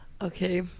Okay